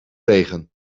tegen